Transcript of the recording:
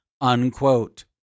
unquote